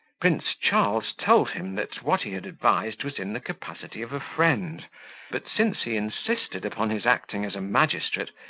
prince charles told him, that what he had advised was in the capacity of a friend but, since he insisted upon his acting as a magistrate,